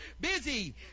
busy